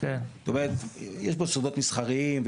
זאת אומרת יש פה סודות מסחריים,